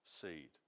seed